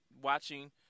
watching